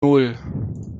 nan